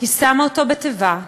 היא שמה אותו בתיבה במים,